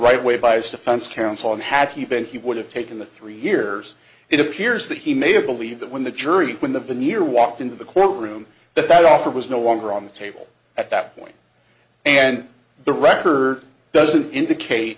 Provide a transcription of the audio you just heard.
right way by his defense counsel and had he been he would have taken the three years it appears that he may have believed that when the jury when the veneer walked into the courtroom that that offer was no longer on the table at that point and the record doesn't indicate